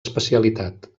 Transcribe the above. especialitat